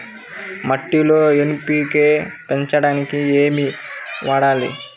మట్టిలో ఎన్.పీ.కే పెంచడానికి ఏమి వాడాలి?